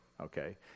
okay